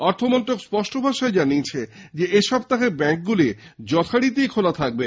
অর্থমন্ত্রক স্পষ্ট ভাষায় জানিয়েছে এসপ্তাহে ব্যাঙ্কগুলি যথারীতি খোলা খাকবে